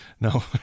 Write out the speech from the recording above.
No